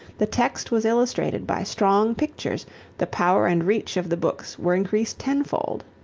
the text was illustrated by strong pictures the power and reach of the books were increased ten-fold.